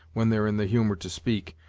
when they're in the humour to speak,